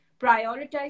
prioritize